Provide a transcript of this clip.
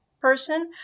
person